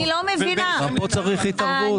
גם כאן צריך התערבות?